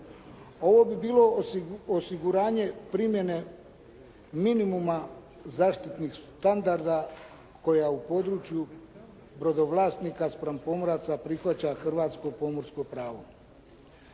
Ovo bi bilo osiguranje primjene minimuma zaštitnih standarda koja u području brodovlasnika spram pomoraca prihvaća hrvatsko pomorsko pravo.